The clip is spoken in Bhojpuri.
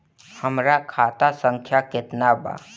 हमरा खाता संख्या केतना बा?